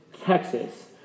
Texas